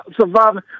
surviving